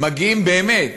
א.